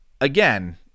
again